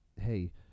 hey